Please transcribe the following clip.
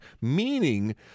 Meaning